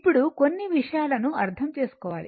ఇప్పుడు కొన్ని విషయాలను అర్థం చేసుకోవాలి